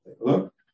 look